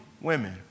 women